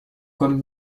comme